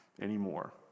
anymore